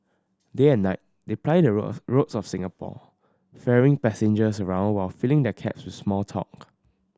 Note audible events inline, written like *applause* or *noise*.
day and night they ply the *unintelligible* roads of Singapore ferrying passengers around while filling their cabs with small talk